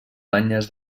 banyes